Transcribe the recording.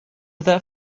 that